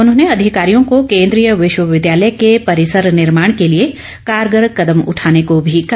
उन्होंने अधिकारियों को केंद्रीय विश्वविद्यालय के परिसर निर्माण के लिए कारगर कदम उठाने को भी कहा